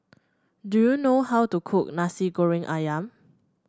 do you know how to cook Nasi Goreng ayam